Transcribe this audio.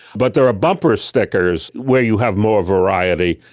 but there are bumper stickers where you have more variety.